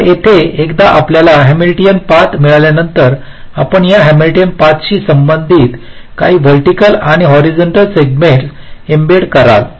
तर येथे एकदा आपल्याला हॅमिल्टोनियन पाथ मिळाल्यानंतर आपण या हॅमिल्टोनियन पाथ शी संबंधित काही व्हर्टिकल आणि हॉरिझंटल सेगमेंट्स एम्बेड कराल